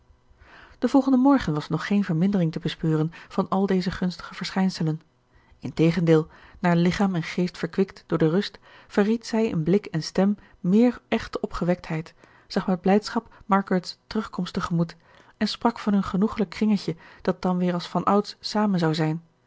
den volgenden morgen was nog geen vermindering te bespeuren van al deze gunstige verschijnselen integendeel naar lichaam en geest verkwikt door de rust verried zij in blik en stem meer echte opgewektheid zag met blijdschap margaret's terugkomst tegemoet en sprak van hun genoeglijk kringetje dat dan weer als van ouds samen zou zijn